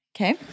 Okay